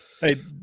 Hey